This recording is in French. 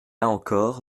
encore